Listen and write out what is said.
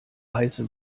heiße